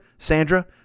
Sandra